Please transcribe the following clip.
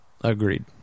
Agreed